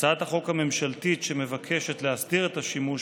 הצעת החוק הממשלתית שמבקשת להסדיר את השימוש